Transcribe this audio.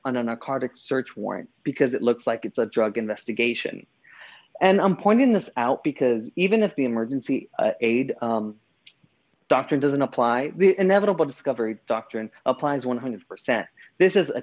rolling on a kartik search warrant because it looks like it's a drug investigation and i'm pointing this out because even if the emergency aid doctor doesn't apply the inevitable discovery doctrine applies one hundred percent this is a